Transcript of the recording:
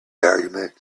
argument